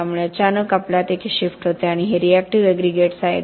त्यामुळे अचानक आपल्यात एक शिफ्ट होते आणि हे रिऍक्टिव एग्रीगेट्स आहेत